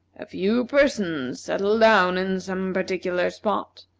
a few persons settle down in some particular spot,